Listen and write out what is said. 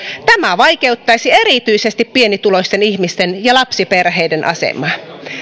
tämä vaikeuttaisi erityisesti pienituloisten ihmisten ja lapsiperheiden asemaa